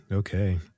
Okay